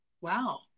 wow